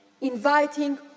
inviting